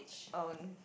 own